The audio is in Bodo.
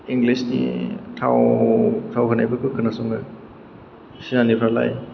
इंलिसनि थाव थाव होनायफोरखौ खोनासंनो सिनारिफ्रालाय